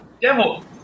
Devil